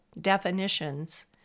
definitions